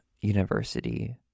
University